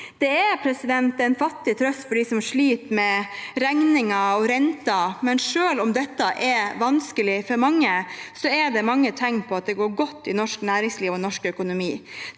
Det er en fattig trøst for dem som sliter med regninger og renter, men selv om dette er vanskelig for mange, er det mange tegn på at det går godt i norsk næringsliv og norsk økonomi.